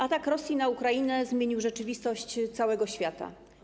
Atak Rosji na Ukrainę zmienił rzeczywistość całego świata.